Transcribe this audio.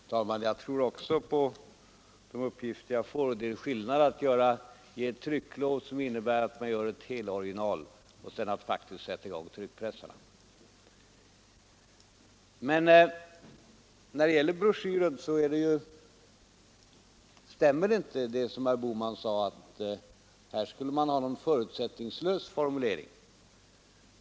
Herr talman! Jag tror också på de uppgifter jag får. Men det är skillnad på att ge ett trycklov som innebär att man iordningställer ett original och ett trycklov som innebär att man faktiskt sätter i gång tryckpressarna. När det gäller broschyren stämmer inte det herr Bohman sade att man skulle ha något slags förutsättningslös formulering.